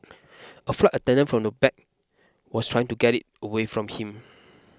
a flight attendant from the back was trying to get it away from him